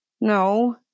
No